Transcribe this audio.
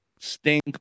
Stink